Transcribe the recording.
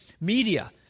Media